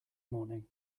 morning